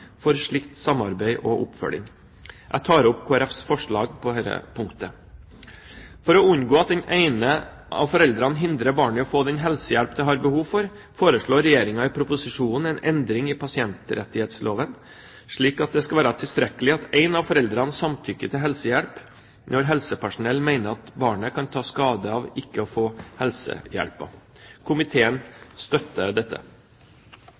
for slikt samarbeid og oppfølging. Jeg tar opp Kristelig Folkepartis forslag på dette punktet. For å unngå at den ene av foreldrene hindrer barnet i å få den helsehjelp det har behov for, foreslår Regjeringen i proposisjonen en endring i pasientrettighetsloven slik at det skal være tilstrekkelig at én av foreldrene samtykker til helsehjelp når helsepersonell mener at barnet kan ta skade av ikke å få helsehjelpen. Komiteen støtter dette.